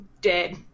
dead